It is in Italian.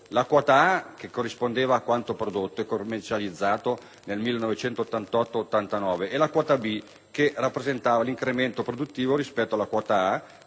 la quota A, che corrispondeva a quanto prodotto e commercializzato nel 1988-89, e la quota B, che rappresentava l'incremento produttivo rispetto alla quota A,